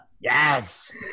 Yes